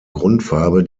grundfarbe